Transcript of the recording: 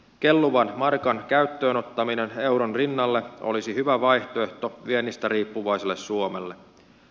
kelluvan markan käyttöön ottaminen euron rinnalle olisi hyvä vaihtoehto viennistä riippuvaiselle suomelle